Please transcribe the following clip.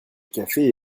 café